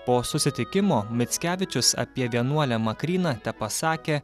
po susitikimo mickevičius apie vienuolę makryną tepasakė